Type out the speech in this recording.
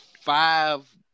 five